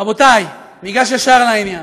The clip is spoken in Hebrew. רבותי, ניגש ישר לעניין.